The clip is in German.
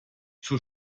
zur